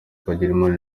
twagirimana